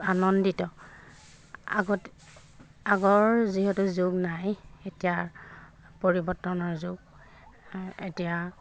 আনন্দিত আগত আগৰ যিহেতু যুগ নাই এতিয়া পৰিৱৰ্তনৰ যুগ এতিয়া